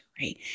right